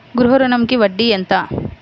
గృహ ఋణంకి వడ్డీ ఎంత?